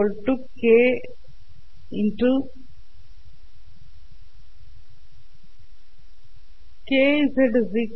z z